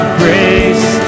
grace